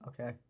Okay